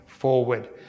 forward